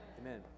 Amen